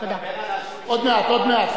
עוד מעט.